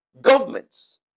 governments